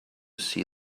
see